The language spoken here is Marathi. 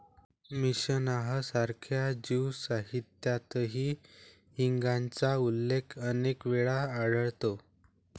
मिशनाह सारख्या ज्यू साहित्यातही हिंगाचा उल्लेख अनेक वेळा आढळतो